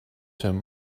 him